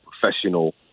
professional